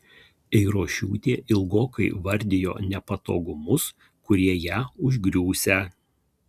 eirošiūtė ilgokai vardijo nepatogumus kurie ją užgriūsią